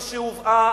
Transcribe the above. משהובאה,